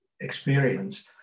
experience